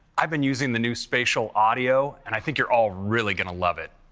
i've been using the new spatial audio, and i think you're all really gonna love it.